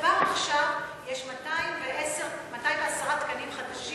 כבר עכשיו יש 210 תקנים חדשים